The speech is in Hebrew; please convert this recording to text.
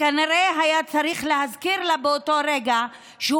כנראה היה צריך להזכיר לה באותו רגע שהוא